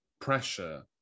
pressure